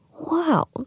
wow